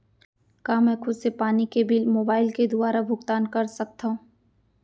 का मैं खुद से पानी के बिल मोबाईल के दुवारा भुगतान कर सकथव?